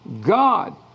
God